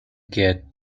get